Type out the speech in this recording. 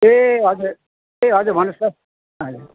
ए हजुर ए हजुर भन्नुहोस् त हजुर